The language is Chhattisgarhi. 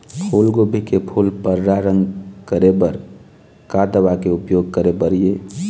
फूलगोभी के फूल पर्रा रंग करे बर का दवा के उपयोग करे बर ये?